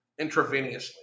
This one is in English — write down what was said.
intravenously